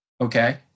Okay